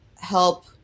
help